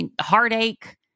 heartache